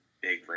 big